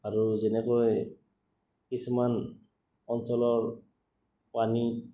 আৰু যেনেকৈ কিছুমান অঞ্চলৰ পানীত